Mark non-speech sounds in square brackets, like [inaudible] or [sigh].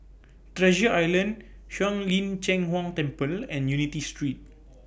Treasure Island Shuang Lin Cheng Huang Temple and Unity Street [noise]